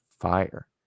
fire